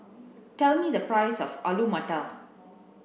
tell me the price of Alu Matar